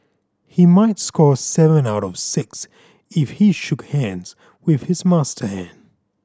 he might score seven out of six if he shook hands with his master hand